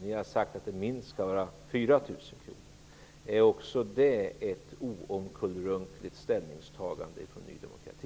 Ni har sagt att det minst skall vara 4 000 kr. Är också det ett oomkullrunkligt ställningstagande av Ny demokrati?